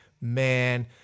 man